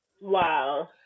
Wow